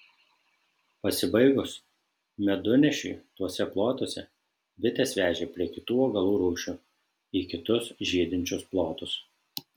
pasibaigus medunešiui tuose plotuose bites vežė prie kitų augalų rūšių į kitus žydinčius plotus